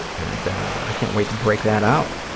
and i can't wait to break that out.